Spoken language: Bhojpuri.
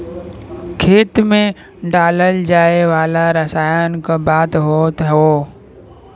खेत मे डालल जाए वाला रसायन क बात होत हौ